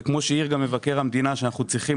וכמו שהעיר גם מבקר המדינה ואמר שאנחנו צריכים